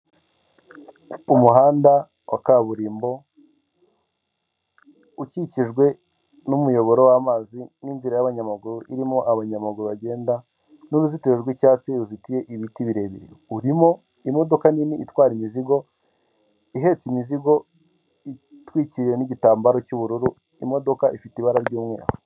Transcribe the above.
Umuhanda wa Kaburimbo ukikijwe n’umuyoboro w’amazi n’inzira y’abanyamaguru , irimo abanyamaguru bagenda n’uruzitiro rw’icyatsi ruzitiye ibiti birebire, urimo imodoka nini itwara imizigo ihetse, imizigo itwikiwe ni gitambaro cy’ubururu, imodoka ifite ibara ry’umweru.